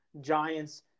Giants